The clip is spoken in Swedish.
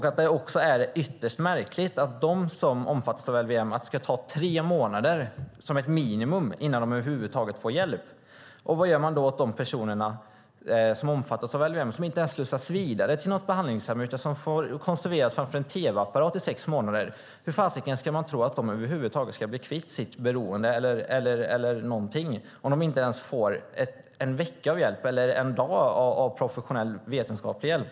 Det är ytterst märkligt att det ska ta minst tre månader innan de som omfattas av LVM över huvud taget får hjälp. Vad gör man åt dem som omfattas av LVM och som inte slussas vidare till något behandlingshem utan konserveras framför en tv-apparat i sex månader? Hur ska man kunna tro att de någonsin blir kvitt sitt beroende om de inte får ens en vecka, eller åtminstone en dag, professionell, på vetenskap baserad hjälp?